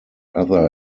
other